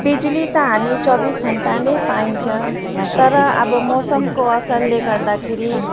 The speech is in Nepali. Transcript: बिजुली त हामी चौबिस घण्टा नै पाइन्छ तर अब मौसमको असरले गर्दाखेरि